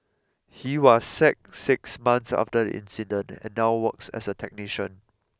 he was sacked six months after the incident and now works as a technician